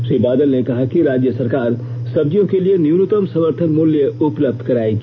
श्री बादल ने कहा कि राज्य सरकार सब्जियों के लिए न्यूनतम समर्थन मूल्य उपलब्ध करायेगी